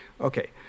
Okay